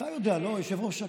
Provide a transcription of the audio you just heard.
אתה יודע, אדוני היושב-ראש.